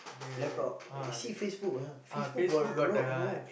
laptop see Facebook lah Facebook got a lot you know